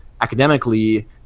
academically